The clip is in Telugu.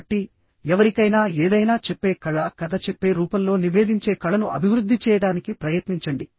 కాబట్టి ఎవరికైనా ఏదైనా చెప్పే కళ కథ చెప్పే రూపంలో నివేదించే కళను అభివృద్ధి చేయడానికి ప్రయత్నించండి